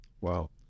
Wow